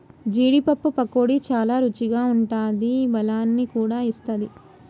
జీడీ పప్పు పకోడీ చాల రుచిగా ఉంటాది బలాన్ని కూడా ఇస్తది